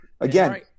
again